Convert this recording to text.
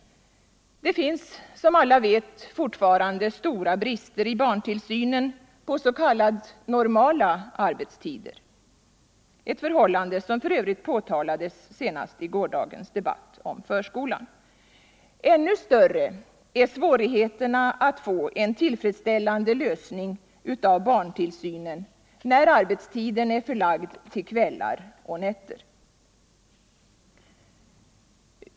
Det finns, som alla vet, fortfarande stora brister i barntillsynen på s.k. normala arbetstider, ett förhållande som för övrigt påtalades senast i gårdagens debatt om förskolan. Ännu större är svårigheterna att få en tillfredsställande lösning av barntillsynen när arbetstiden är förlagd till kvällar och nätter.